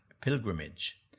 pilgrimage